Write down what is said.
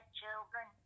children